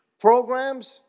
Programs